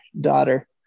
daughter